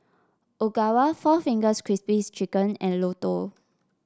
Ogawa Four Fingers Crispy Chicken and Lotto